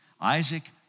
Isaac